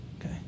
okay